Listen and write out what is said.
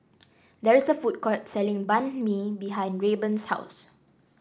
there is a food court selling Banh Mi behind Rayburn's house